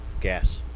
Gas